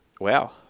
Wow